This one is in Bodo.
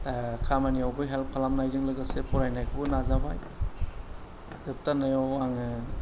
खामानियावबो हेल्प खालामनायजों लोगोसे फरायनायावबो नाजाबाय जोबथारनायाव आङो